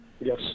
Yes